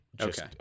Okay